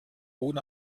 ohne